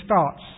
starts